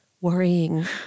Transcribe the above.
worrying